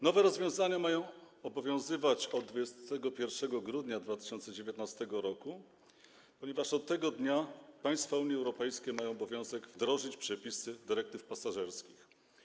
Nowe rozwiązania mają obowiązywać od 21 grudnia 2019 r., ponieważ do tego dnia państwa Unii Europejskiej mają obowiązek wdrożyć przepisy dyrektyw pasażerskich.